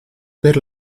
per